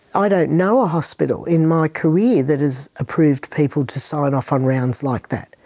i don't know a hospital in my career that has approved people to sign off on rounds like that.